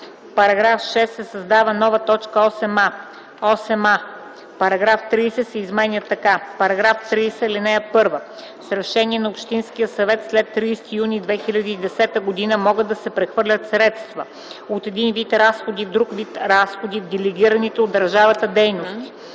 в § 6 се създава нова т. 8а: „8а. Параграф 30 се изменя така: „§ 30. (1) С решение на общинския съвет след 30 юни 2010 г. могат да се прехвърлят средства от един вид разходи в друг вид разходи в делегираните от държавата дейности.